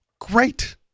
great